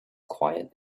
quiet